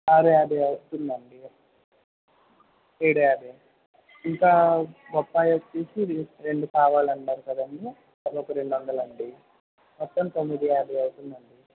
ఆరు యాభై అవుతుంది అండి ఏడు యాభై ఇంకా బొప్పాయి వచ్చి రెండు కావాలన్నారు కదండి అవి ఒక రెండు వందలు అండి మొత్తం తొమ్మిది యాభై అవుతుంది అండి